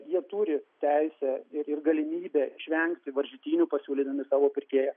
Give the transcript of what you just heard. jie turi teisę ir ir galimybę išvengti varžytinių pasiūlydami savo pirkėją